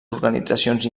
organitzacions